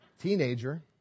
teenager